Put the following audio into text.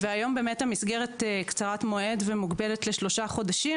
היום באמת המסגרת קצרת מועד ומוגבלת לשלושה חודשים,